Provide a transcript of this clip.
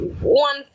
one